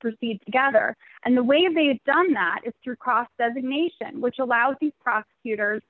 proceed together and the way they have done that is through cross designation which allows the prosecutors